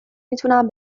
میتونم